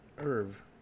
Irv